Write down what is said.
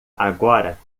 agora